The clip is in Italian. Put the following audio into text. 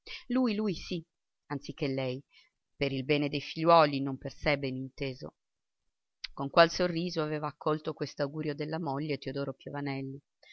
lui lui lui sì anziché lei per il bene dei figliuoli non per sé beninteso con qual sorriso aveva accolto quest'augurio della moglie teodoro piovanelli